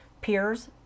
peers